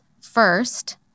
first